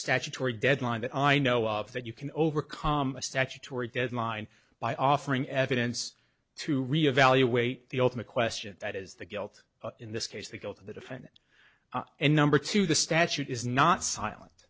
statutory deadline that i know of that you can overcome a statutory deadline by offering evidence to re evaluate the ultimate question that is the guilt in this case the guilt of the defendant and number two the statute is not silent